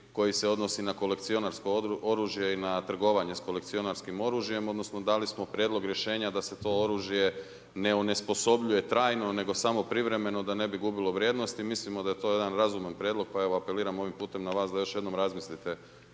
koji se odnosi na kolekcionarsko oružje i na trgovanje sa kolekcionarskim oružjem odnosno dali smo prijedlog rješenja da se to oružje ne onesposobljuje trajno nego samo privremeno da ne bi gubilo vrijednosti. I mislimo da je to jedan razuman prijedlog pa evo apeliram ovim putem na vas da još jednom razmislite